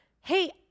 hey